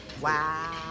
Wow